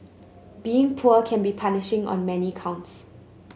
being poor can be punishing on many counts